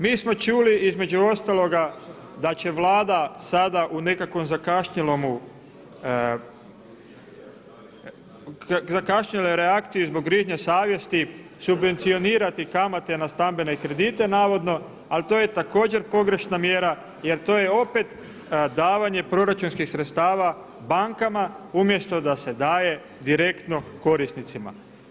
Mi smo čuli između ostaloga da će Vlada sada u nekakvom zakašnjeloj reakciji zbog grižnje savjesti subvencionirati kamate na stambene kredite navodno, ali to je također pogrešna mjera jer to je opet davanje proračunskih sredstava bankama umjesto da se daje direktno korisnicima.